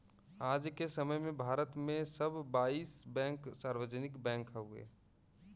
आज के समय में भारत में सब बाईस बैंक सार्वजनिक बैंक हउवे